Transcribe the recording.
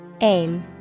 Aim